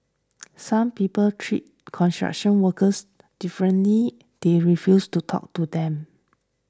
some people treat construction workers differently they refuse to talk to them